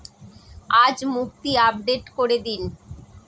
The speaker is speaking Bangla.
আজ মুক্তি আপডেট করে দিন